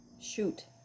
shoot